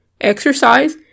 exercise